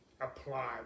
apply